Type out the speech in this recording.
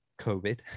COVID